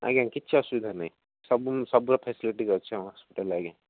ଆଜ୍ଞା କିଛି ଅସୁବିଧା ନାହିଁ ସବୁ ସବୁର ଫ୍ୟାସିଲିଟି ଅଛି ଆମ ହସ୍ପିଟାଲରେ ଆଜ୍ଞା